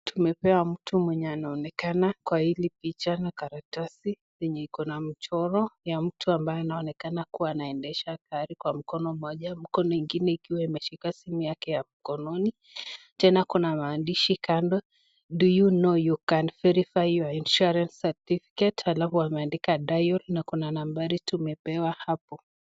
Tumepewa mtu mwenye anaonekana kwa hili picha na karatasi yenye iko na mchoro ya mtu ambaye anaonekana akiendeshe gari kwa mkono mmoja na mkono ingine ikiwa ameshika mkononi. Tena kuna maandishi kando do you know you can verify insurance certificate dial na kuna nambari wameka hapo.